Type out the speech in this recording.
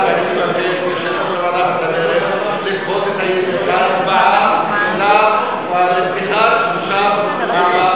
ומבקש מיושב-ראש הוועדה המסדרת לדחות את ההצבעה לפתיחת המושב.